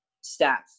staff